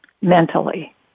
mentally